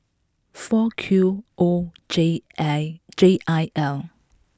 four Q O J A J I L